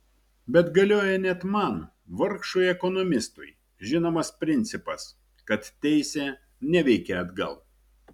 bet galioja net man vargšui ekonomistui žinomas principas kad teisė neveikia atgal